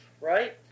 right